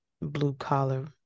blue-collar